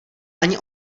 ani